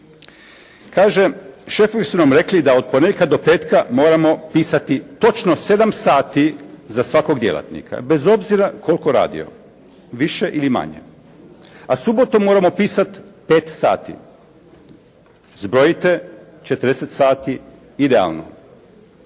Kaže: «Šefovi su nam rekli da od ponedjeljka do petka moramo pisati točno 7 sati za svakog djelatnika bez obzira koliko radio. Više ili manje. A subotom moramo pisati 5 sati.» Zbrojite 40 sati. Idealno.